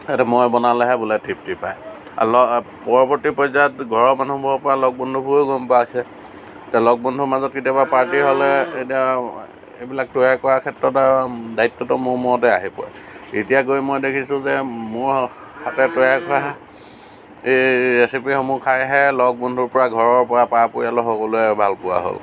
সেইটো মই বনালেহে বোলে তৃপ্তি পায় পৰৱৰ্তী পৰ্য্যায়ত ঘৰৰ মানুহবোৰৰ পৰা লগ বন্ধুবোৰেও গম পাইছে এতিয়া লগ বন্ধুৰ মাজত কেতিয়াবা পাৰ্টি হ'লে এতিয়া সেইবিলাক তৈয়াৰ কৰাৰ ক্ষেত্ৰত আৰু দায়িত্বটো মোৰ মূৰতে আহি পৰে এতিয়া গৈ মই দেখিছোঁ যে মই হাতে তৈয়াৰ কৰা এই ৰেচিপিসমূহ খাইহে লগ বন্ধুৰ পৰা ঘৰৰ পৰা পা পৰিয়ালৰ সকলোৱে ভাল পোৱা হ'ল